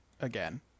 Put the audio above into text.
again